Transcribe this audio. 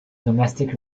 domestic